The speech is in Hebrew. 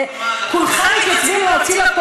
זה לא גחמה,